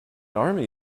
army